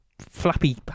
flappy